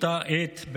אותה עת,